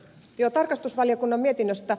joo tarkastusvaliokunnan mietinnöstä